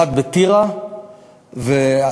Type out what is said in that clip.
אחד בטירה ואחד,